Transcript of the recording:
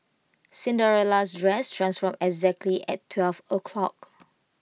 Cinderella's dress transformed exactly at twelve o'clock